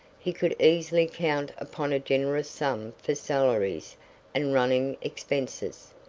he could easily count upon a generous sum for salaries and running expenses.